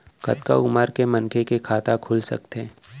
कतका उमर के मनखे के खाता खुल सकथे?